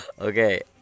Okay